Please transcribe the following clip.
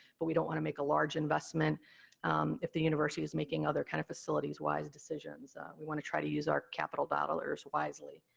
but we don't want to make a large investment if the university is making other kind of facility-wise decisions. we want to try to use our capital dollars wisely.